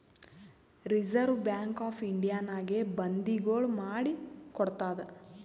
reserve bank of ಇಂಡಿಯಾನಾಗೆ ಬಂದಿಗೊಳ್ ಮಾಡಿ ಕೊಡ್ತಾದ್